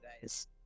guys